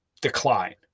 decline